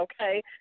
okay